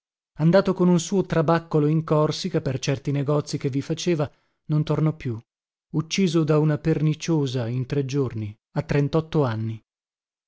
morì andato con un suo trabaccolo in corsica per certi negozii che vi faceva non tornò più ucciso da una perniciosa in tre giorni a trentotto anni